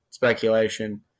speculation